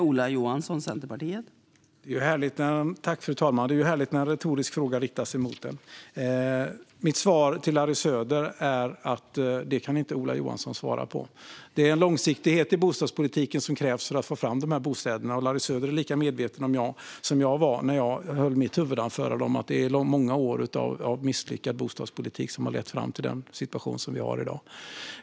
Fru talman! Det är härligt när en retorisk fråga riktas emot en. Mitt svar till Larry Söder är att det kan inte Ola Johansson svara på. Det är en långsiktighet i bostadspolitiken som krävs för att få fram de här bostäderna, och Larry Söder är lika medveten som jag var när jag höll mitt huvudanförande om att det är många år av misslyckad bostadspolitik som har lett fram till den situation som vi har i dag.